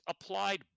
applied